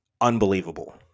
unbelievable